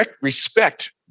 respect